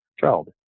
child